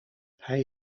hij